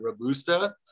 Robusta